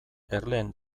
erleen